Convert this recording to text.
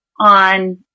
on